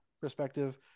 perspective